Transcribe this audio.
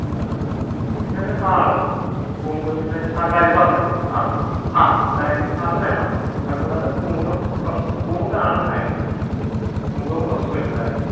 പിന്നെയൊരു ഹാള് പൂമുഖത്തിൻ്റെ ആ കാര്യം പറഞ്ഞല്ലോ ആ ആ ഡൈനിംഗ് ഹാള് വേണം അത് കൂടാതെ പൂമുഖം കുറച്ച് പൂമുഖമാണ് ഹൈലൈറ്റ് പൂമുഖം കുറച്ച് വലുതായിരിക്കണം